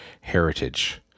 heritage